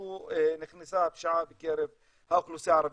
נכנסה הפשיעה בקרב האוכלוסייה הערבית.